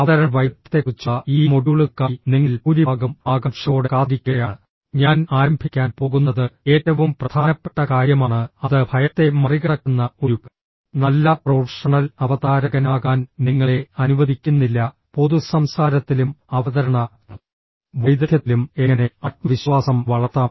അവതരണ വൈദഗ്ധ്യത്തെക്കുറിച്ചുള്ള ഈ മൊഡ്യൂളുകൾക്കായി നിങ്ങളിൽ ഭൂരിഭാഗവും ആകാംക്ഷയോടെ കാത്തിരിക്കുകയാണ് ഞാൻ ആരംഭിക്കാൻ പോകുന്നത് ഏറ്റവും പ്രധാനപ്പെട്ട കാര്യമാണ് അത് ഭയത്തെ മറികടക്കുന്ന ഒരു നല്ല പ്രൊഫഷണൽ അവതാരകനാകാൻ നിങ്ങളെ അനുവദിക്കുന്നില്ല പൊതു സംസാരത്തിലും അവതരണ വൈദഗ്ധ്യത്തിലും എങ്ങനെ ആത്മവിശ്വാസം വളർത്താം